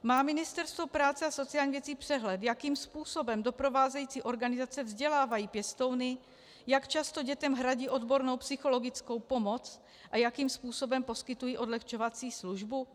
Má Ministerstvo práce a sociálních věcí přehled, jakým způsobem doprovázející organizace vzdělávají pěstouny, jak často hradí dětem odbornou psychologickou pomoc a jakým způsobem poskytují odlehčovací službu?